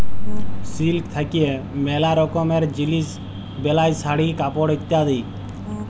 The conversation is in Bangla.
সিল্ক থাক্যে ম্যালা রকমের জিলিস বেলায় শাড়ি, কাপড় ইত্যাদি